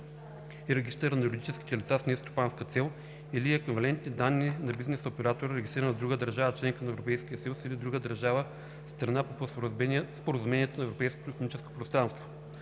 и регистъра на юридическите лица с нестопанска цел или еквивалентни данни на бизнес оператора, регистриран в друга държава – членка на Европейския съюз, или друга държава – страна по Споразумението за Европейското икономическо пространство;